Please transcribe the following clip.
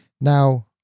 Now